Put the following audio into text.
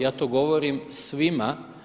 Ja to govorim svima.